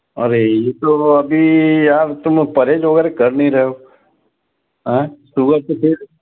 अरे ये तो अभी यार तुम परहेज वगैरह कर नहीं रहे हो हाँ सुबह से फिर